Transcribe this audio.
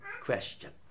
question